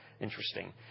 Interesting